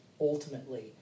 ultimately